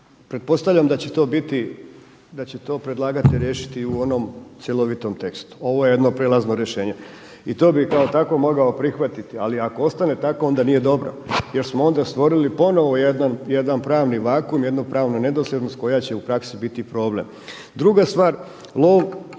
pretpostavljam da će to predlagatelj riješiti u onom cjelovitom tekstu. Ovo je jedno prijelazno rješenje i to bi kao takvo mogao prihvatiti, ali ako ostane takvo onda nije dobro. Još smo onda stvorili ponovno jedan pravni vakuum jednu pravnu nedosljednost koja će u praksi biti problem. Druga stvar, lov